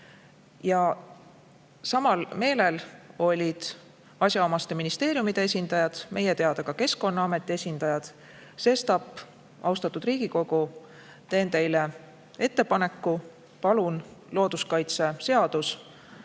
Samal meelel olid asjaomaste ministeeriumide esindajad, meie teada ka Keskkonnaameti esindajad. Sestap, austatud Riigikogu, teen teile ettepaneku: palun looduskaitseseadus